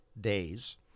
days